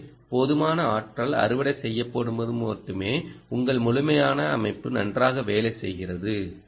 எனவே போதுமான ஆற்றல் அறுவடை செய்யப்படும்போது மட்டுமே உங்கள் முழுமையான அமைப்பு நன்றாக வேலை செய்கிறது